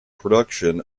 production